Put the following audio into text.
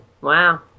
Wow